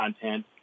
content